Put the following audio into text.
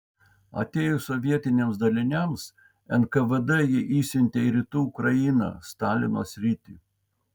atėjus sovietiniams daliniams nkvd jį išsiuntė į rytų ukrainą stalino sritį